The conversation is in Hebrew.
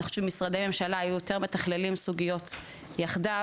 אני חושבת שמשרדי ממשלה היו יותר מתכללים סוגיות יחדיו.